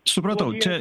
supratau čia